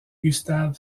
gustave